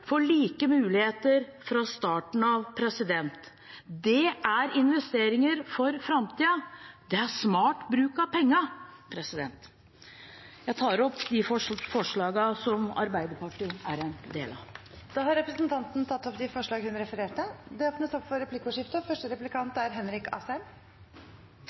for like muligheter fra starten av. Det er investeringer for framtiden, det er smart bruk av pengene. Jeg tar opp de forslagene Arbeiderpartiet er en del av. Representanten Rigmor Aasrud har tatt opp de forslagene hun refererte til. Det blir replikkordskifte. Representanten Aasrud snakket videre om at oljepengebruken som regjeringen legger opp